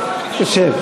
תשב,